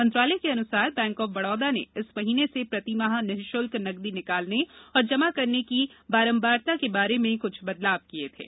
मंत्रालय के अनुसार बैंक ऑफ बड़ौदा ने इस महीने से प्रति माह निशुल्क नकदी निकालने और जमा करने की बारंबारता के बारे में कुछ बदलाव किए थे